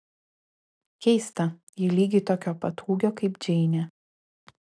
keista ji lygiai tokio pat ūgio kaip džeinė